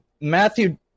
Matthew